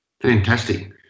Fantastic